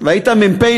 והיית מ"פ,